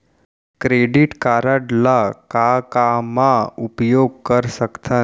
Credit card ला का का मा उपयोग कर सकथन?